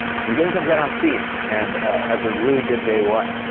so the game comes out on steam, and has a really good day one,